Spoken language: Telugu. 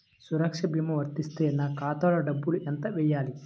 సురక్ష భీమా వర్తిస్తే నా ఖాతాలో డబ్బులు ఎంత వేయాలి?